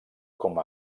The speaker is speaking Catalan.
com